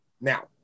Now